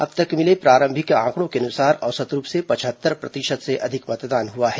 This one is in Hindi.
अब तक मिले प्रारंभिक आंकड़ों के अनुसार औसत रूप से पचहत्तर प्रतिशत से अधिक मतदान हुआ है